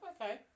okay